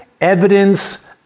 evidence